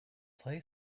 play